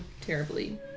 terribly